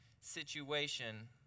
situation